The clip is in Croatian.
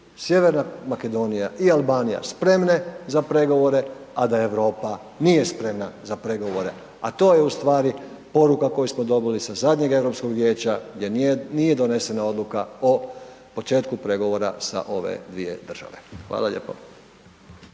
Sjeverna Makedonija i Albanija spremne za pregovore, a da Europa nije spremna za pregovore, a to je u stvari poruka koju smo dobili sa zadnjeg Europskog Vijeća gdje nije donesena odluka o početku pregovora sa ove dvije države. Hvala lijepo.